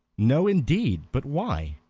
no indeed. but why?